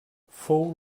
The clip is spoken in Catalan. fou